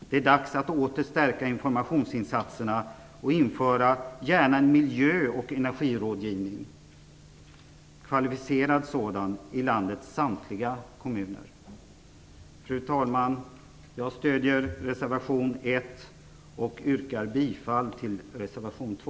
Det är dags att åter stärka informationsinsatserna och införa en miljö och energirådgivning - en kvalificerad sådan - i landets samtliga kommuner. Fru talman! Jag stöder reservation 1 och yrkar bifall till reservation 2.